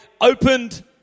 opened